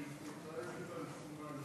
ברכותי ותנחומי.